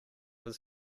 his